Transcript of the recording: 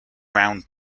round